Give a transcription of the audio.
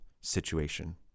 situation